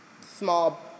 small